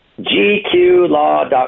GQlaw.com